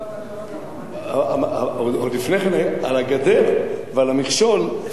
עוד לפני כן על הגדר ועל המכשול היתה מלחמת עולם.